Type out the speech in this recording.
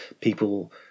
people